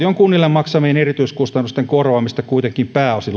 maksamien erityiskustannusten korvaamisesta kuitenkin pääosin luovuttaisiin ja